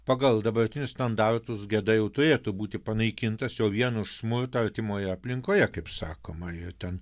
pagal dabartinius standartus geda jau turėtų būti panaikintas jau vien už smurtą artimoje aplinkoje kaip sakoma jo ten